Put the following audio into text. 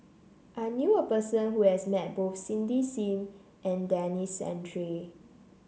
I knew a person who has met both Cindy Sim and Denis Santry